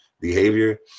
behavior